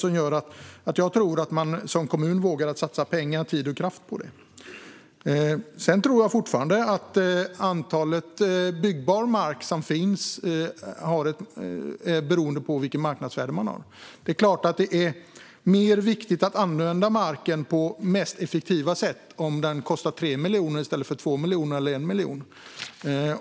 Då tror jag att man som kommun vågar satsa pengar, tid och kraft på detta. Sedan tror jag fortfarande att mängden byggbar mark som finns är beroende av vilket marknadsvärde det är. Det är klart att det är mer viktigt att använda marken på mest effektiva sätt om den kostar 3 miljoner i stället för 2 miljoner eller 1 miljon.